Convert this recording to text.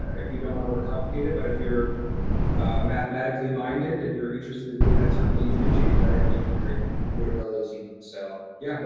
if you don't wanna over-complicate it. but if you're mathematically minded and you're interested in doing that, certainly, you could change that equation every day. you can do it real easy in excel. yeah.